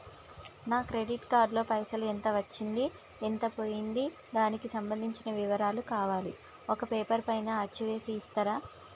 నా credit card లో పైసలు ఎంత వచ్చింది ఎంత పోయింది దానికి సంబంధించిన వివరాలు కావాలి ఒక పేపర్ పైన అచ్చు చేసి ఇస్తరా?